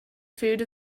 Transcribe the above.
food